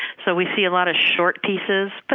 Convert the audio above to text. so we see a lot of short pieces, but